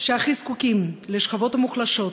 שהכי זקוקים, לשכבות המוחלשות,